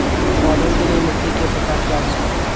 पौधों के लिए मिट्टी के प्रकार क्या हैं?